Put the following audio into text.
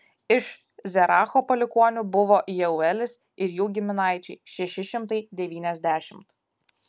iš zeracho palikuonių buvo jeuelis ir jų giminaičiai šeši šimtai devyniasdešimt